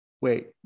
Wait